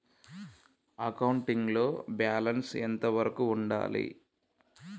Accounting లో balance ఎంత వరకు ఉండాలి?